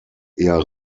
eher